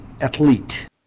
athlete